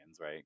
right